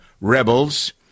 rebels